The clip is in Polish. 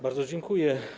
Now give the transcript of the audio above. Bardzo dziękuję.